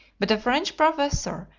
but a french professor,